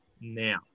now